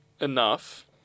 enough